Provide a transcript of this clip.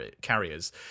carriers